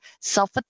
self